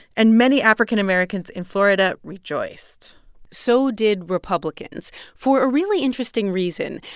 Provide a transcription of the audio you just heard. and many african-americans in florida rejoiced so did republicans for a really interesting reason.